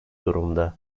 durumda